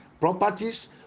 properties